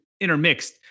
intermixed